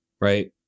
right